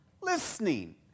listening